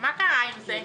מה קרה עם זה?